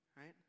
Right